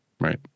Right